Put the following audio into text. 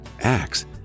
Acts